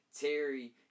Terry